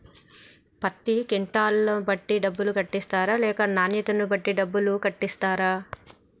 పత్తి క్వింటాల్ ను బట్టి డబ్బులు కట్టిస్తరా లేక నాణ్యతను బట్టి డబ్బులు కట్టిస్తారా?